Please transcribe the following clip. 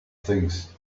things